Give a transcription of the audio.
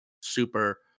super